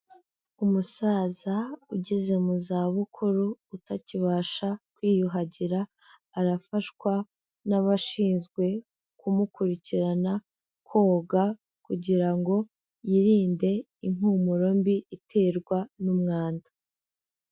Umusaza ugeze mu zabukuru utakibasha kwiyuhagira, arafashwa n'abashinzwe kumukurikirana koga kugira ngo yirinde impumuro mbi iterwa n'umwanda.